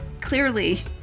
clearly